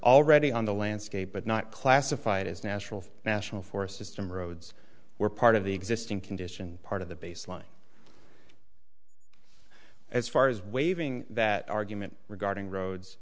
already on the landscape but not classified as national national forest system roads were part of the existing condition part of the baseline as far as waiving that argument regarding roads